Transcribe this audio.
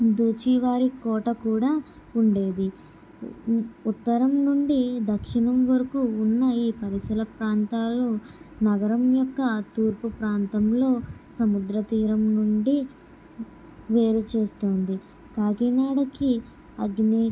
దూచి వారి కోట కూడా ఉండేది ఉత్తరం నుండి దక్షిణం వరకు ఉన్న ఈ పరిసర ప్రాంతాలు నగరం యొక్క తూర్పు ప్రాంతంలో సముద్ర తీరం నుండి వేరు చేస్తుంది కాకినాడకి అగ్ని